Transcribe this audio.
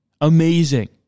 Amazing